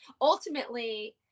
ultimately